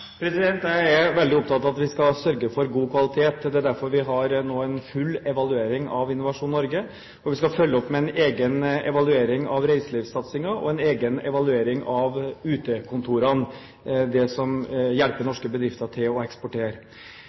Jeg er veldig opptatt av at vi skal sørge for god kvalitet. Det er derfor vi nå har en full evaluering av Innovasjon Norge. Vi skal følge opp med en egen evaluering av reiselivssatsingen og en egen evaluering av utekontorene – det som hjelper norske bedrifter til å eksportere.